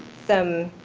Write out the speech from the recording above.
some